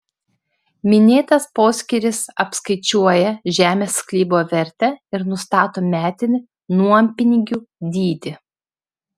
minėtas poskyris apskaičiuoja žemės sklypo vertę ir nustato metinį nuompinigių dydį